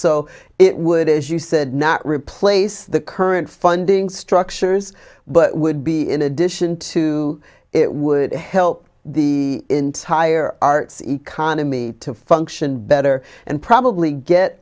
so it would as you said not replace the current funding structures but would be in addition to it would help the entire arts economy to function better and probably get